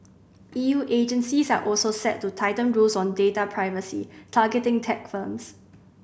E U agencies are also set to tighten rules on data privacy targeting tech firms